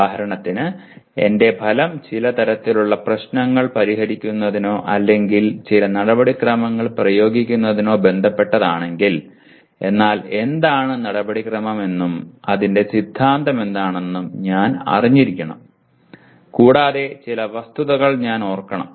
ഉദാഹരണത്തിന് എന്റെ ഫലം ചില തരത്തിലുള്ള പ്രശ്നങ്ങൾ പരിഹരിക്കുന്നതിനോ അല്ലെങ്കിൽ ചില നടപടിക്രമങ്ങൾ പ്രയോഗിക്കുന്നതിനോ ബന്ധപ്പെട്ടതാണെങ്കിൽ എന്നാൽ എന്താണ് നടപടിക്രമമെന്നും അതിന്റെ സിദ്ധാന്തമെന്താണെന്നും ഞാൻ അറിഞ്ഞിരിക്കണം കൂടാതെ ചില വസ്തുതകൾ ഞാൻ ഓർക്കണം